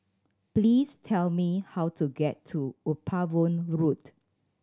please tell me how to get to Upavon Road